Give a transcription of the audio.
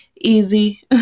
easy